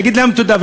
נגיד להם תודה,